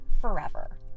forever